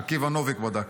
עקיבא נוביק בדק.